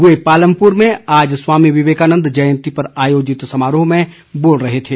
वे पालमपुर में आज स्वामी विवेकानन्द जयंती पर आयोजित समारोह में बोल रहे थे